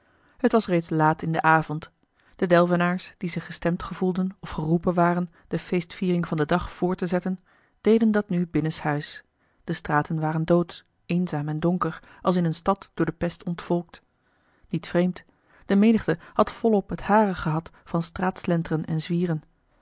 het was reeds laat in den avond de delvenaars die zich gestemd gevoelden of geroepen waren de feestviering van den dag voort te zetten deden dat nu binnenshuis de straten waren doodsch eenzaam en donker als in eene stad door de pest ontvolkt niet vreemd de menigte had volop het hare gehad van straatslenteren en zwieren